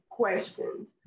Questions